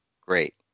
Great